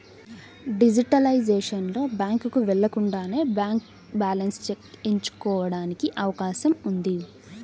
digitalisation లో, బ్యాంకుకు వెళ్లకుండానే బ్యాంక్ బ్యాలెన్స్ చెక్ ఎంచుకోవడానికి అవకాశం ఉంది